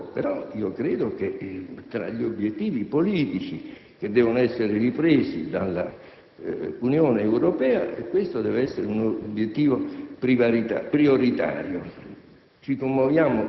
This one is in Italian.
però, io credo che tra gli obiettivi politici che devono essere ripresi dall'Unione Europea questo deve essere un obiettivo prioritario.